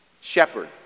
Shepherd